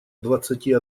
двадцати